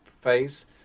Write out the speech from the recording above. phase